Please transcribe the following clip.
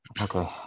Okay